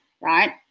right